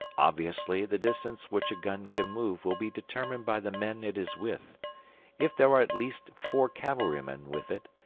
obviously the distance which a gun can move will be determined by the men it is with if there are at least four cavalry-men with it,